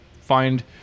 find